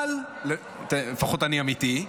לפחות אני אמיתי.